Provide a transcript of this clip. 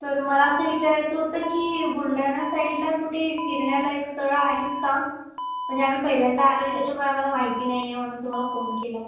तर मला असं विचारायचं होतं की बुलढाणा साईडला कुठे फिरण्यालायक स्थळं आहेत का म्हणजे आम्ही पहिल्यांदा आलो आहे त्याच्यामुळे आम्हाला माहिती नाही आहे म्हणून तुम्हाला फोन केला आहे